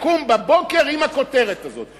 לקום בבוקר עם הכותרת הזאת.